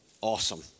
Awesome